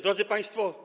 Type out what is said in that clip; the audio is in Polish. Drodzy Państwo!